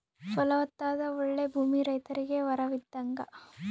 ಫಲವತ್ತಾದ ಓಳ್ಳೆ ಭೂಮಿ ರೈತರಿಗೆ ವರವಿದ್ದಂಗ